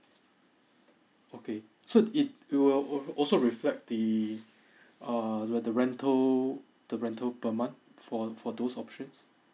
okay so it it will al~ also reflect the err where the rental the rental per month for for those options